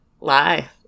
lie